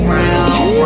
round